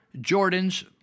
Jordan's